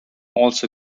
also